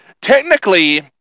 technically